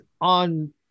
on